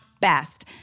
Best